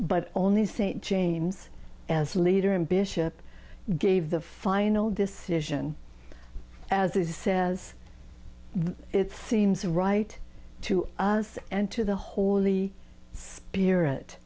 but only saint james as leader in bishop gave the final decision as a says it seems right to us and to the holy spirit